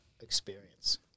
experience